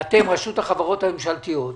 רשות החברות הממשלתיות,